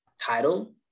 title